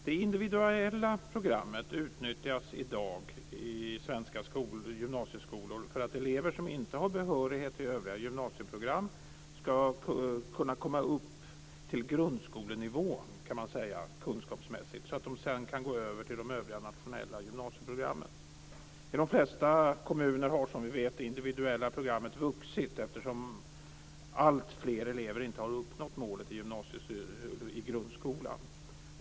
Det individuella programmet utnyttjas i dag i svenska gymnasieskolor för att elever som inte har behörighet i övriga gymnasieprogram ska kunna komma upp till grundskolenivå, kan man säga, så att de sedan kan gå över till de övriga nationella gymnasieprogrammen. I de flesta kommuner har som bekant det individuella programmet vuxit, eftersom alltfler elever inte har uppnått målet i grundskolan.